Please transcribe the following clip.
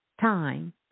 time